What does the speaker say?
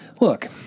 look